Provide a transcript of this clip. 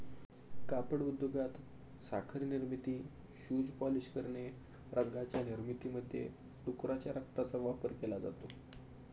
कापड उद्योगात, साखर निर्मिती, शूज पॉलिश करणे, रंगांच्या निर्मितीमध्ये डुकराच्या रक्ताचा वापर केला जातो